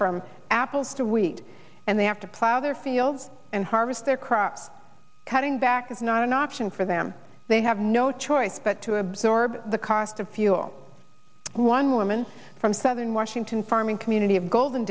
from apples to wheat and they have to plow their fields and harvest their crops cutting back is not an option for them they have no choice but to absorb the cost of fuel one woman from southern washington farming